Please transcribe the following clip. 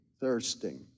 thirsting